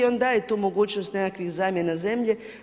On daje tu mogućnost nekakvih zamjena zemlje.